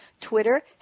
Twitter